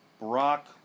Brock